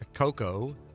Coco